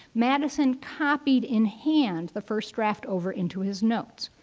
madison copied in hand the first draft over into his notes.